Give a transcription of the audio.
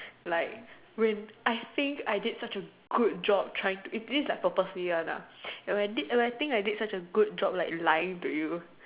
like when I think I did such a good job trying to this is like purposely one lah when I did when I think I did such a good job like lying to you